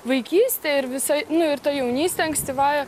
vaikyste ir visa nu ir ta jaunyste ankstyvąja